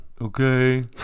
okay